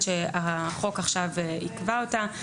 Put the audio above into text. שהנושא הזה של ועדות הקבלה הוא לא מספיק מוסדר והוא לא מספיק מפוקח.